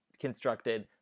constructed